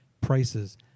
prices